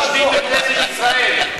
יושבים בכנסת ישראל.